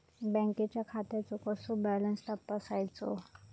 बँकेच्या खात्याचो कसो बॅलन्स तपासायचो?